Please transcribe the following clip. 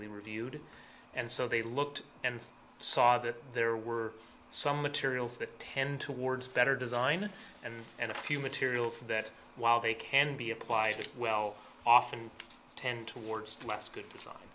administratively reviewed and so they looked and saw that there were some materials that tend towards better design and and a few materials that while they can be applied well often tend towards less good design